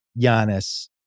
Giannis